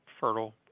fertile